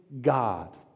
God